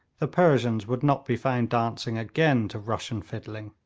the persians would not be found dancing again to russian fiddling.